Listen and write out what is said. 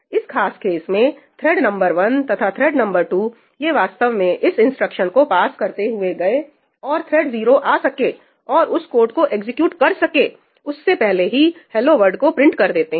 इस खास केस में थ्रेड नंबर 1 तथा थ्रेड नंबर 2 ये वास्तव में इस इंस्ट्रक्शन को पास करते हुए गये और थ्रेड 0 आ सके और इस कोड को एग्जीक्यूट कर सके उससे पहले ही हेलो वर्ड को प्रिंट कर देते हैं